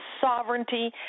sovereignty